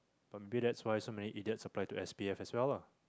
orh maybe that's why so many idiots apply to S_P_F as well lah